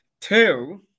Two